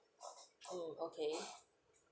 mm okay